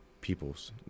peoples